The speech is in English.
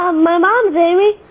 um my mom's amy.